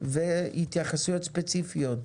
והתייחסויות ספציפיות,